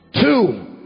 two